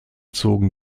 zogen